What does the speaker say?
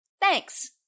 Thanks